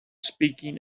speaking